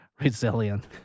resilient